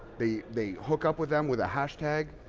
they they hook up with them with a hashtag.